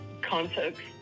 context